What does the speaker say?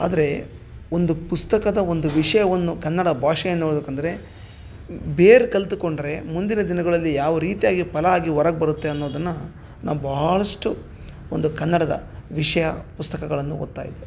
ಆದರೆ ಒಂದು ಪುಸ್ತಕದ ಒಂದು ವಿಷಯವನ್ನು ಕನ್ನಡ ಭಾಷೆಯನ್ನು ಓದ್ಬೇಕಂದರೆ ಬೇರೆ ಕಲ್ತ್ಕೊಂಡರೆ ಮುಂದಿನ ದಿನಗಳಲ್ಲಿ ಯಾವ ರೀತ್ಯಾಗಿ ಫಲ ಆಗಿ ಒರಗೆ ಬರುತ್ತೆ ಅನ್ನೋದನ್ನ ನಾವು ಭಾಳಷ್ಟು ಒಂದು ಕನ್ನಡದ ವಿಷಯ ಪುಸ್ತಕಗಳನ್ನು ಓದ್ತಾಯಿದ್ದೆ